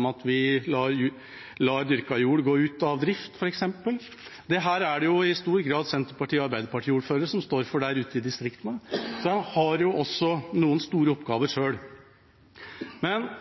at vi lar dyrka jord gå ut av drift, f.eks. Dette er det i stor grad Senterparti- og Arbeiderparti-ordførere som står for der ute i distriktene. Da har de også noen store oppgaver selv. Men vi